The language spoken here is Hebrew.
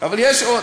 אבל יש עוד.